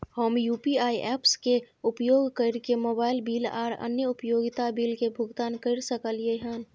हम UPI apps के उपयोग कैरके मोबाइल बिल आर अन्य उपयोगिता बिल के भुगतान कैर सकलिये हन